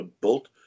built